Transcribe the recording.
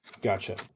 gotcha